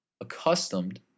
accustomed